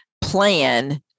plan